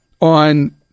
on